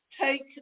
Take